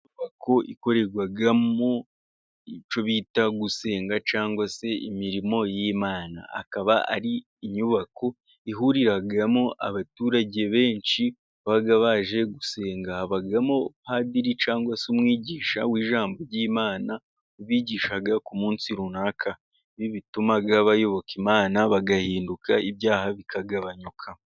Inyubako ikorerwamo icyo bita gusenga cyangwa se imirimo y'Imana, ikaba ari inyubako ihuriramo abaturage benshi baba baje gusenga, habamo padiri cyangwa se umwigisha w'ijambo ry'Imana, bigisha ku munsi runaka, ibi bituma bayoboka Imana, bagahinduka, ibyaha bikagabanuka.